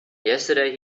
yesterday